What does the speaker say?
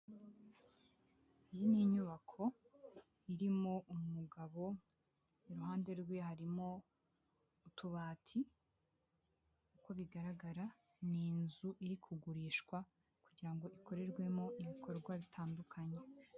Iyi ni inyubako irimo umugabo iruhande rwe harimo utubati uko bigaragara ni inzu iri kugurishwa kugira ngo ikorerwemo ibikorwa bitandukanye.